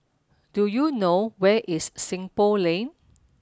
do you know where is Seng Poh Lane